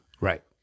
right